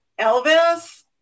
elvis